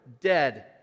dead